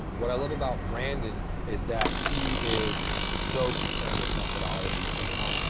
what i love about brandon is that he is so concerned with methodology first.